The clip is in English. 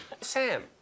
Sam